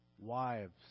wives